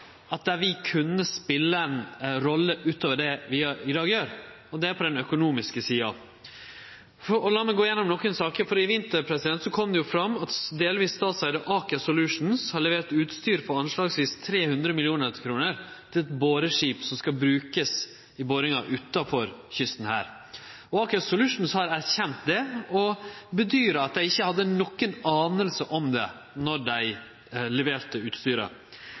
vi kunne spele ei rolle utover det vi gjer i dag, og det er på det økonomiske området. Aker Solutions har levert utstyr for anslagsvis 300 mill. kr til eit boreskip som skal brukast i boringa utanfor kysten der. Aker Solutions har erkjent det, og bedyra at dei ikkje hadde aning om det då dei leverte utstyret.